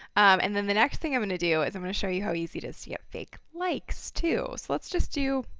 and then the next thing i'm going to do is i'm going to show you how easy it is get fake likes, too. so, let's just do